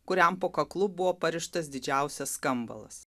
kuriam po kaklu buvo parištas didžiausias skambalas